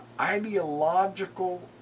ideological